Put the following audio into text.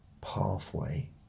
pathway